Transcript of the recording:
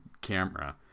camera